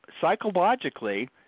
psychologically